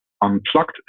unplugged